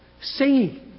Singing